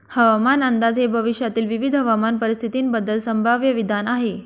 हवामान अंदाज हे भविष्यातील विविध हवामान परिस्थितींबद्दल संभाव्य विधान आहे